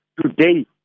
today